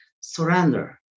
surrender